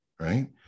right